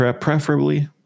preferably